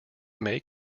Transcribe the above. may